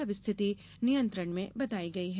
अब स्थिति नियंत्रण में बताई गई है